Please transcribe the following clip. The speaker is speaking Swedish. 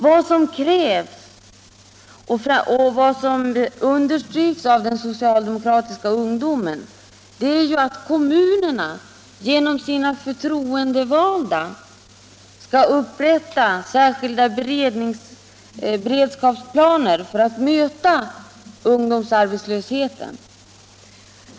Vad som krävs och vad som understryks av den socialdemokratiska ungdomen är ju att kommunerna genom sina förtroendevalda skall upprätta särskilda beredskapsplaner för att möta ungdomsarbetslösheten.